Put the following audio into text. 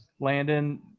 Landon